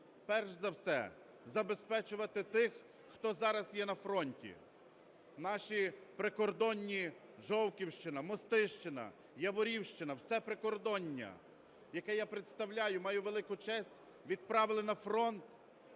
перш за все забезпечувати тих, хто зараз є на фронті, наші прикордонні: Жовківщина, Мостищина, Яворівщина, все прикордоння, яке я представляю, маю велику честь, відправили на фронт